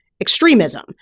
extremism